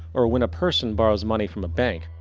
or when a person borrows money from a bank,